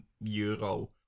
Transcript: euro